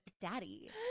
daddy